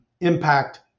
impact